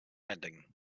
ending